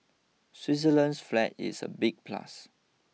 Switzerland's flag is a big plus